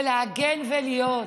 להגן ולהיות,